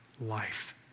life